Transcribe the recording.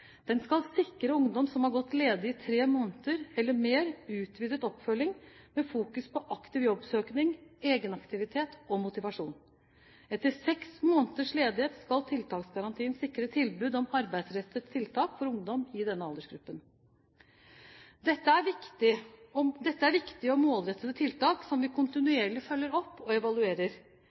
Den skal sikre ungdom som har gått ledig i tre måneder eller mer, utvidet oppfølging med fokus på aktiv jobbsøking, egenaktivitet og motivasjon. Etter seks måneders ledighet skal tiltaksgarantien sikre tilbud om arbeidsrettet tiltak for ungdom i denne aldersgruppen. Dette er viktige og målrettede tiltak, som vi kontinuerlig følger opp og evaluerer.